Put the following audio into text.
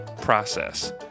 process